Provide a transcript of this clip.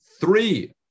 three